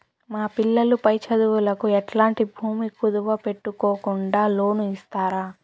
మా పిల్లలు పై చదువులకు ఎట్లాంటి భూమి కుదువు పెట్టుకోకుండా లోను ఇస్తారా